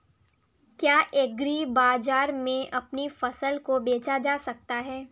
क्या एग्रीबाजार में अपनी फसल को बेचा जा सकता है?